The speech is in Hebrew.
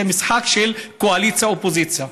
זה משחק של קואליציה ואופוזיציה,